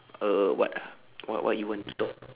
uh what ah what what what you want to talk